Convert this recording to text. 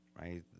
right